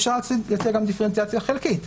אפשר להציע גם דיפרנציאציה חלקית,